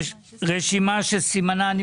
רשימה שסימנה: